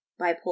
bipolar